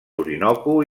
orinoco